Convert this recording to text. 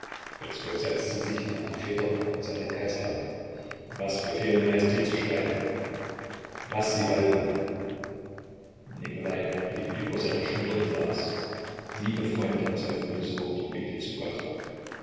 setzte sich nahm die feder und sah den kaiser an was befehlen majestät zu schreiben was sie wollen nikolai blickte über seine schulter und las liebe freundin sei unbesorgt und bete zu gott